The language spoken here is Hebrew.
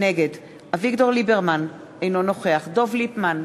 נגד אביגדור ליברמן, אינו נוכח דב ליפמן,